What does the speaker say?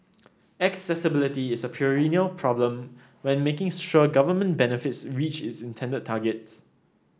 accessibility is a perennial problem when making sure government benefits reach its intended targets